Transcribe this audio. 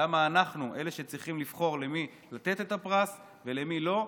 למה אנחנו אלה שצריכים לבחור למי לתת את הפרס ולמי לא.